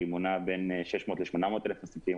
היא מונה בין 600,000-800,000 עסקים.